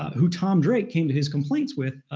who tom drake came to his complaints with,